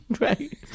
Right